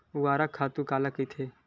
ऊर्वरक खातु काला कहिथे?